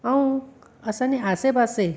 ऐं असांजे आसे पासे